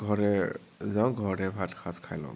ঘৰতে যাওঁ ঘৰতে ভাত সাঁজ খাই লওঁগৈ